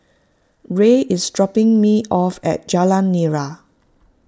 Ray is dropping me off at Jalan Nira